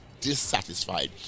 dissatisfied